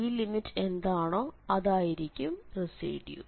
ഈ ലിമിറ്റ് എന്താണോ അതായിരിക്കും റെസിഡ്യൂ